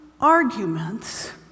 arguments